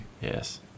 yes